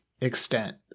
extent